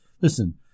Listen